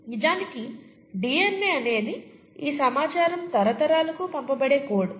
నిజానికి డిఎన్ఏ అనేది ఈ సమాచారం తరతరాలకూ పంపబడే కోడ్